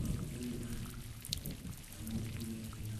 Ar kukul ivan dia mur tule aina